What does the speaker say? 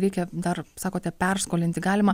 reikia dar sakote perskolinti galima